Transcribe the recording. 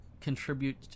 contribute